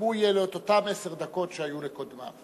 גם לו יהיו אותן עשר דקות שהיו לקודמיו.